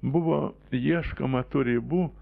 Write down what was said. buvo ieškoma tu ribų